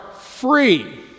free